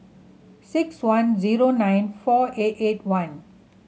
six one zero nine four eight eight one